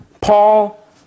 Paul